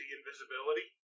Invisibility